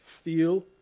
feel